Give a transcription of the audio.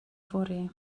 fory